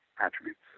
attributes